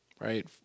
Right